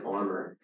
armor